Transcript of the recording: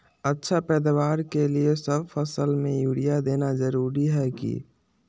अच्छा पैदावार के लिए सब फसल में यूरिया देना जरुरी है की?